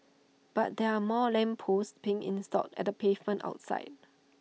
but there are more lamp posts being installed at the pavement outside